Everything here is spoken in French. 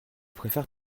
préfère